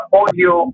audio